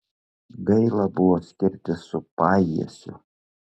gaila buvo skirtis su pajiesiu